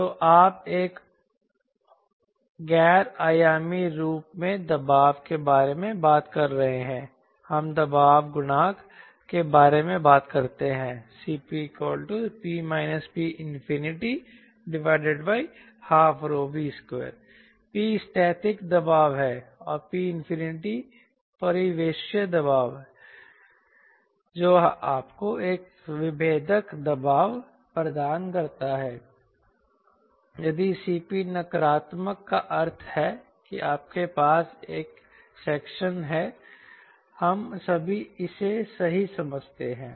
तो आप एक गैर आयामी रूप में दबाव के बारे में बात कर रहे हैं हम दबाव गुणांक के बारे में बात करते हैं CPP P12V2 P स्थैतिक दबाव है और P परिवेशीय दबाव है जो आपको एक विभेदक दबाव प्रदान करता है यदि Cp नकारात्मक का अर्थ है कि आपके पास एक सक्शन है हम सभी इसे सही समझते हैं